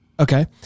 Okay